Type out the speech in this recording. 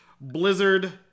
blizzard